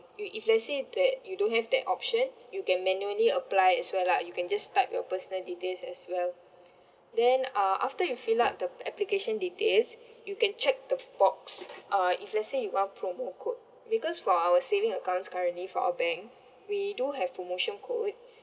you if let's say that you don't have that option you can manually apply as well lah you can just type your personal details as well then uh after you fill up the application details you can check the box uh if let's say you want promo code because for our saving accounts currently for our bank we do have promotion code